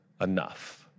enough